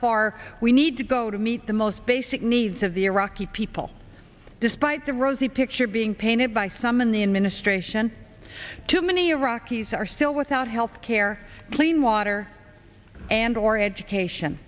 far we need to go to meet the most basic needs of the iraqi people despite the rosy picture being painted by some in the administration too many iraqis are still without health care clean water and or education